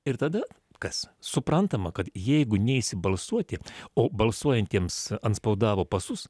ir tada kas suprantama kad jeigu neisi balsuoti o balsuojantiems antspaudavo pasus